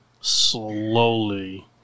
Slowly